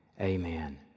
Amen